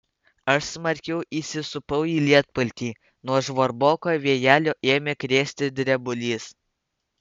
aš smarkiau įsisupau į lietpaltį nuo žvarboko vėjelio ėmė krėsti drebulys